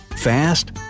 Fast